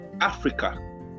africa